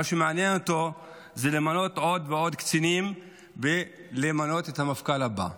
מה שמעניין אותו הוא למנות עוד ועוד קצינים ולמנות את המפכ"ל הבא.